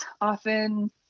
often